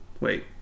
Wait